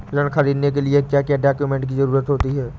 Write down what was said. ऋण ख़रीदने के लिए क्या क्या डॉक्यूमेंट की ज़रुरत होती है?